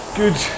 good